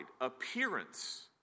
appearance